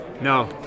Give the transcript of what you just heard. No